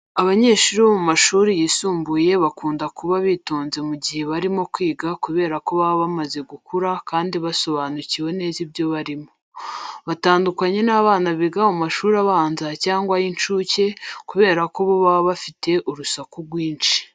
Abanyeshuri bo mu mashuri yisumbuye bakunda kuba bitonze mu gihe barimo kwiga kubera ko baba bamaze gukura kandi basobanukiwe neza ibyo barimo. Batandukanye n'abana biga mu mashuri abanza cyangwa ay'inshuke kubera ko bo baba bafite urusaku rwinshi.